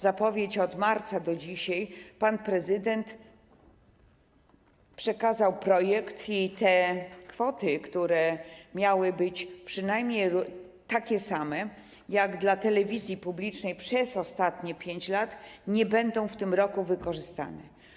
Zapowiedzi od marca do dzisiaj, pan prezydent przekazał projekt i te kwoty, które miały być przynajmniej takie same jak dla telewizji publicznej przez ostatnie 5 lat, nie będą w tym roku wykorzystane.